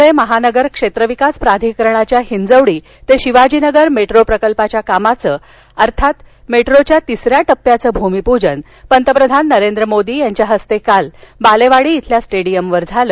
पूणे महानगर क्षेत्र विकास प्राधिकरणाच्या हिंजवडी ते शिवाजीनगर मेट्रो प्रकल्पाच्या कामाचं अर्थात मेट्रोच्या तिसऱ्या टप्प्याचं भूमिपूजन पंतप्रधान नरेंद्र मोदी यांच्या हस्ते काल बालेवाडी शिल्या मध्यमावर झालं